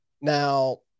Now